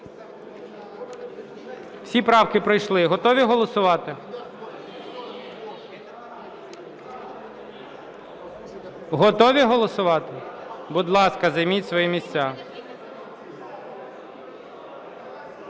Всі правки пройшли. Готові голосувати? Готові голосувати? Будь ласка, займіть свої місця.